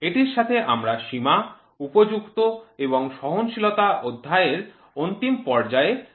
এটির সাথে আমরা সীমা উপযুক্ত এবং সহনশীলতা অধ্যায়ের অন্তিম পর্যায়ে চলে এসেছি